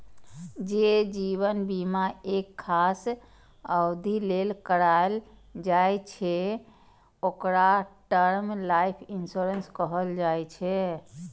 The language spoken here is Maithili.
जे जीवन बीमा एक खास अवधि लेल कराएल जाइ छै, ओकरा टर्म लाइफ इंश्योरेंस कहल जाइ छै